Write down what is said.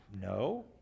No